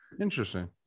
interesting